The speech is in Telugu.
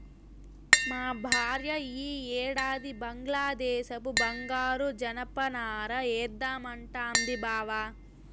మా భార్య ఈ ఏడాది బంగ్లాదేశపు బంగారు జనపనార ఏద్దామంటాంది బావ